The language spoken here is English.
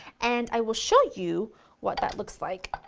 and i will show you what that looks like.